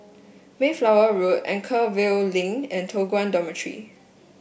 Mayflower Road Anchorvale Link and Toh Guan Dormitory